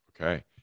Okay